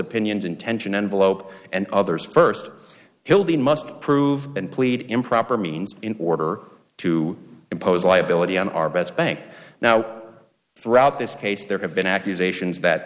intention envelope and others first hildy must prove and plead improper means in order to impose liability on our best bank now throughout this case there have been accusations that